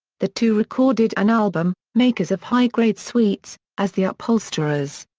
the two recorded an album, makers of high grade suites, as the upholsterers.